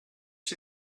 she